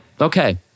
okay